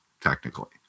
technically